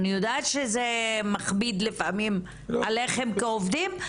אני יודעת שזה מכביד לפעמים עליכם כעובדים,